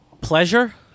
Pleasure